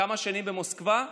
כמה שנים במוסקבה.